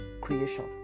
creation